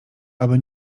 aby